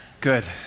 Good